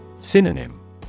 Synonym